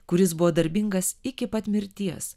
kuris buvo darbingas iki pat mirties